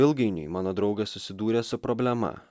ilgainiui mano draugas susidūrė su problema